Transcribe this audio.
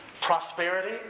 prosperity